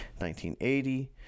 1980